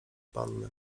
pannę